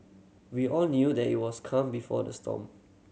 we all knew that it was calm before the storm